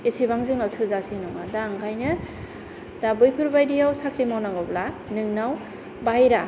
एसेबां जोंनाव थोजासे नङा दा ओंखायनो दा बैफोरबादिआव साख्रि मावनांगौब्ला नोंनाव बायह्रा